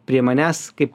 prie manęs kaip